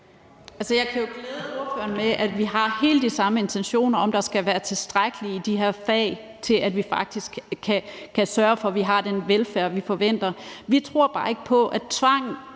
Jeg kan jo glæde ordføreren med, at vi har helt de samme intentioner om, at der skal være tilstrækkelig mange i de her fag til, at vi faktisk kan sørge for, at vi har den velfærd, vi forventer. Vi tror bare ikke på, at det